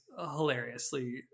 hilariously